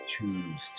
choose